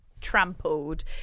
trampled